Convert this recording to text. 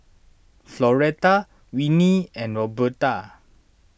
Floretta Winnie and Roberta